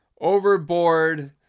overboard